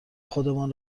خودمان